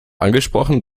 angesprochen